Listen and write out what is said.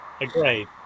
Agreed